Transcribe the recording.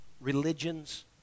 religions